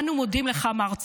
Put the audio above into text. אנו מודים לך, מר צור,